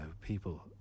people